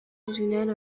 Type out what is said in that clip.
régionale